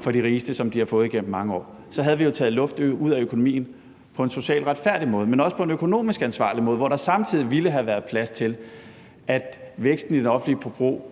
for de rigeste tilbage, som de har fået igennem mange år. Så havde vi jo taget luft ud af økonomien på en socialt retfærdig måde, men også på en økonomisk ansvarlig måde, hvor der samtidig ville have været plads til, at væksten i det offentlige forbrug